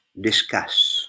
discuss